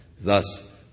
Thus